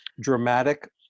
dramatic